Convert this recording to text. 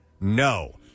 No